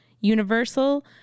Universal